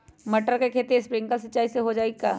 मटर के खेती स्प्रिंकलर सिंचाई से हो जाई का?